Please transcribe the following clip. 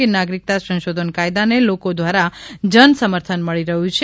કે નાગરીકતા સંશોધન કાયદાને લોકો દ્વારા જન સમર્થન મળી રહ્યું છે